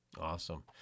Awesome